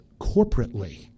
corporately